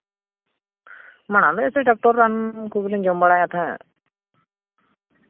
ᱢᱟ ᱞᱟᱹᱭᱮᱫ ᱛᱟᱦᱮᱱ ᱰᱟᱠᱛᱚᱨ ᱨᱟᱱ ᱠᱚᱜᱮᱞᱤᱧ ᱡᱚᱢ ᱵᱟᱲᱟᱭᱮᱫ ᱛᱟᱦᱮᱸᱫ